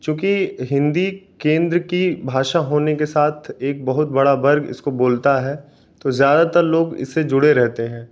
चूँकि हिंदी केंद्र की भाषा होने के साथ एक बहुत बड़ा वर्ग इसको बोलता है तो ज़्यादातर लोग इससे जुड़े रहते हैं